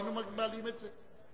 היינו מעלים את זה.